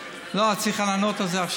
אבל השאלה היא אם אנחנו יכולים להעלות את זה,